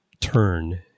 turn